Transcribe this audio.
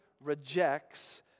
rejects